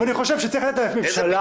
אני חושב שצריכה להיות החלטת ממשלה.